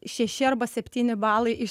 šeši arba septyni balai iš